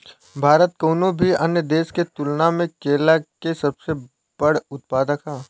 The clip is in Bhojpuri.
भारत कउनों भी अन्य देश के तुलना में केला के सबसे बड़ उत्पादक ह